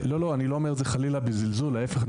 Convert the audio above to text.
אני מציע לא לזלזל באחרים.